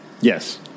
Yes